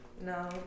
No